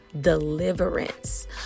deliverance